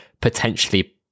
potentially